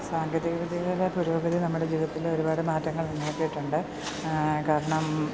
സാങ്കേതിക വിദ്യയുടെ പുരോഗതി നമ്മുടെ ജീവിതത്തിൽ ഒരുപാട് മാറ്റങ്ങൾ ഉണ്ടാക്കിയിട്ടുണ്ട് കാരണം